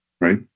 right